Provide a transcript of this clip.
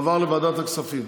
העברה לוועדת הכספים.